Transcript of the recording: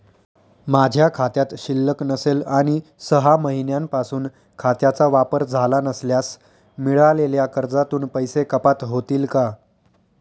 माझ्या खात्यात शिल्लक नसेल आणि सहा महिन्यांपासून खात्याचा वापर झाला नसल्यास मिळालेल्या कर्जातून पैसे कपात होतील का?